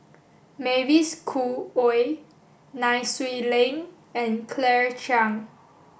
Mavis Khoo Oei Nai Swee Leng and Claire Chiang